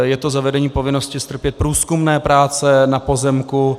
Je to zavedení povinnosti strpět průzkumné práce na pozemku.